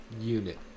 unit